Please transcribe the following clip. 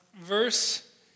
verse